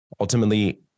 ultimately